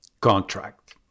contract